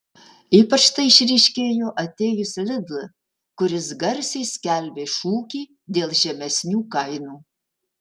ypač tai išryškėjo atėjus lidl kuris garsiai skelbė šūkį dėl žemesnių kainų